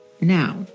Now